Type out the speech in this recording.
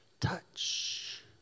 Touch